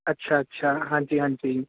ਅੱਛਾ ਅੱਛਾ ਹਾਂਜੀ ਹਾਂਜੀ